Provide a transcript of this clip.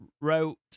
wrote